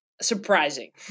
surprising